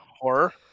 horror